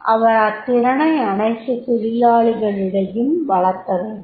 அவர் அத்திறனை அனைத்து தொழிலாளிகளிடையேயும் வளர்த்தவேண்டும்